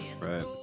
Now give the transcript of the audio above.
Right